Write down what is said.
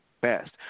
best